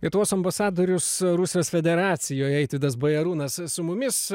lietuvos ambasadorius rusijos federacijoje eitvydas bajarūnas su mumis